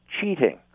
cheating